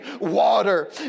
water